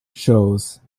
shows